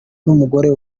n’umugore